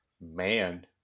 Man